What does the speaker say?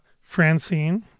Francine